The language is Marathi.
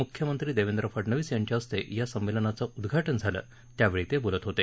मुख्यमंत्री देवेंद्र फडनवीस यांच्या हस्ते या सम्मेलनाचं उद्घाटन झालं त्यावेळी ते बोलत होते